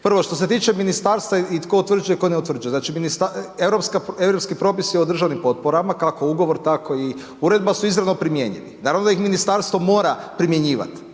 Prvo što se tiče ministarstva i tko utvrđuje, tko ne utvrđuje. Znači europski propisi o državnim potporama kako ugovor, tako i uredba su izravno primjenjivi. Naravno da ih ministarstvo mora primjenjivati